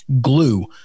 glue